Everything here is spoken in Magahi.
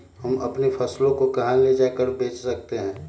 हम अपनी फसल को कहां ले जाकर बेच सकते हैं?